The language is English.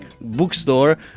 bookstore